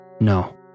No